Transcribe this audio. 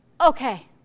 Okay